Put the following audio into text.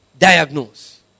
diagnose